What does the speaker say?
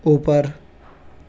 ऊपर